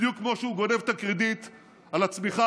בדיוק כמו שהוא גונב את הקרדיט על הצמיחה